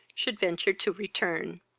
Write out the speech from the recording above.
should venture to return.